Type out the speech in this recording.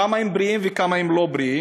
כמה הם בריאים וכמה הם לא בריאים.